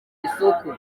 isoko